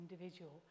individual